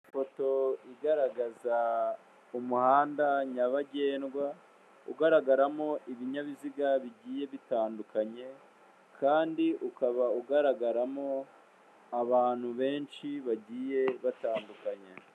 Ifoto igaragaza umuhanda nyabagendwa, ugaragaramo ibinyabiziga bigiye bitandukanye kandi ukaba ugaragaramo abantu benshi bagiye batandukanye.